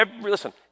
Listen